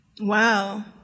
Wow